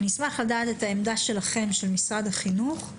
אשמח לדעת את העמדה שלכם, של משרד החינוך,